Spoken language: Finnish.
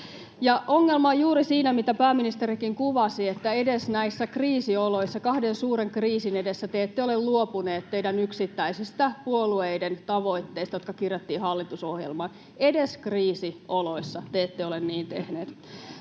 Ongelma on juuri siinä, mitä pääministerikin kuvasi, että edes näissä kriisioloissa, kahden suuren kriisin edessä, te ette ole luopuneet teidän yksittäisistä puolueiden tavoitteista, jotka kirjattiin hallitusohjelmaan — edes kriisioloissa te ette ole niin tehneet.